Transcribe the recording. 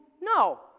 No